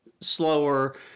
slower